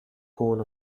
cone